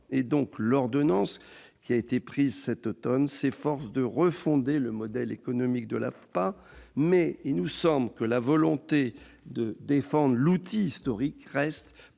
et l'ordonnance qui a été prise cet automne s'efforcent de refonder le modèle économique de l'AFPA, mais la volonté de défendre l'outil historique reste